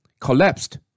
collapsed